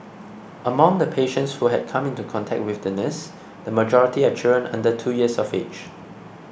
among the patients who had come into contact with the nurse the majority are children under two years of age